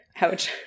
Ouch